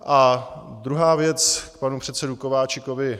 A druhá věc k panu předsedovi Kováčikovi.